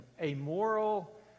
amoral